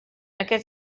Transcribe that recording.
aquest